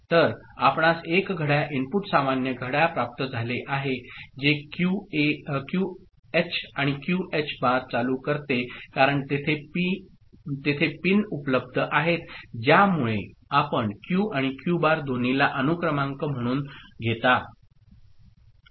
तर आपणास एक घड्याळ इनपुट सामान्य घड्याळ प्राप्त झाले आहे जे क्यूएच आणि क्यूएच बार चालू करते कारण तेथे पिन उपलब्ध आहेत ज्यामुळे आपण क्यू आणि क्यू बार दोन्हीला अनुक्रमांक म्हणून घेता